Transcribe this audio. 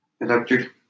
electric